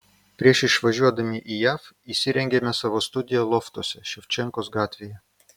prieš išvažiuodami į jav įsirengėme savo studiją loftuose ševčenkos gatvėje